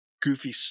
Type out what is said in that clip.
goofy